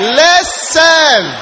listen